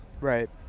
Right